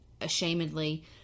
ashamedly